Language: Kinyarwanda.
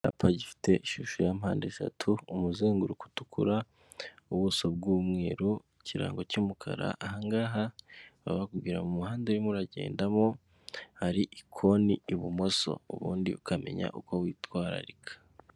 Icyapa gifite ishusho ya mpandeshatu umuzenguruko utukura, ubuso bw'umweru, ikirango cy'umukara. Aha ngaha baba bakubwira mu muhanda urimo uragendamo hari ikoni ibumoso ubundi ukamenya uko witwararika.